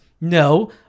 No